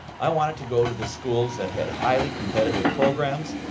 i wanted to go to the schools that had highly competitive programs,